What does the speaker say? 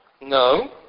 No